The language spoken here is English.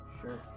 Sure